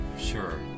Sure